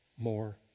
More